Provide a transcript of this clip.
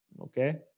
Okay